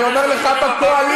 אני אומר לך בקואליציה.